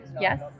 Yes